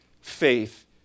faith